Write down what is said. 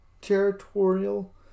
territorial